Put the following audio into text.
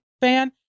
fan